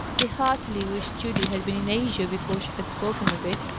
he heartily wished judy had been in asia before she had spoken of it,